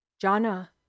Jana